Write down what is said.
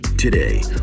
Today